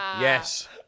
Yes